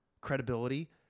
credibility